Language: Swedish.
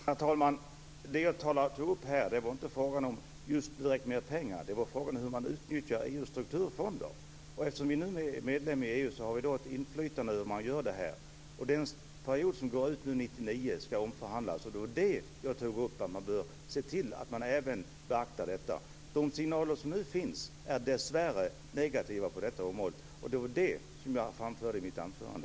Fru talman! Det som jag tog upp här gällde inte mer pengar utan frågan hur vi utnyttjar EU:s strukturfonder. Eftersom Sverige numera är medlem i EU har vi inflytande över detta. En period går ut 1999 och omförhandling skall ske. Jag framhöll att man bör beakta detta. De signaler som nu finns på detta område är dessvärre negativa, vilket jag framförde i mitt anförande.